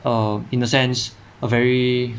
err in the sense a very